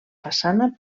façana